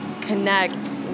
connect